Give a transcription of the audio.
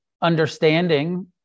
understanding